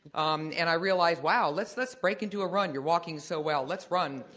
um and i realized, wow, let's let's break into a run. you're walking so well. let's run.